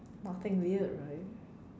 nothing weird right